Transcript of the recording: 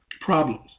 problems